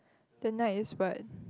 the night is what